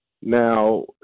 Now